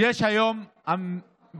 כדאי שתשמע את זה.